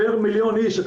פר מיליון איש.